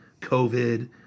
COVID